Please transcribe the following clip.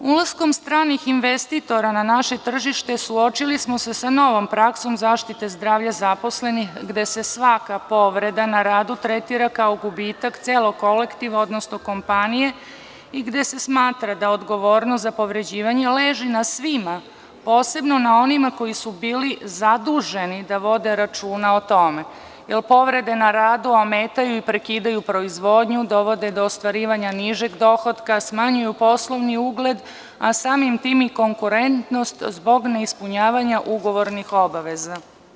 Ulaskom stranih investitora na naše tržište, suočili smo se sa novom praksom zaštite zdravlja zaposlenih, gde se svaka povreda na radu tretira kao gubitak celog kolektiva, odnosno kompanije i gde se smatra da odgovornost za povređivanje leži na svima, posebno na onima koji su bili zaduženi da vode računa o tome, jer povrede na radu ometaju i prekidaju proizvodnju, dovode do ostvarivanja nižeg dohotka, smanjuju poslovni ugled, a samim tim i konkurentnost zbog neispunjavanja ugovornih obaveza.